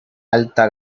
alta